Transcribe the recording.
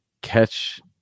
catch